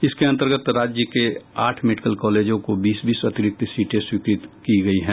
इसके अंतर्गत राज्य के आठ मेडिकल कॉलेजों को बीस बीस अतिरिक्त सीटें स्वीकृत की गयी हैं